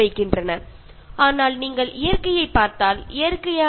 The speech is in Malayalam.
പക്ഷേ നിങ്ങൾ പ്രകൃതിയിലേക്ക് നോക്കൂ